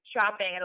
shopping